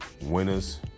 Winners